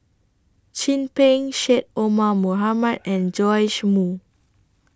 Chin Peng Syed Omar Mohamed and Joash Moo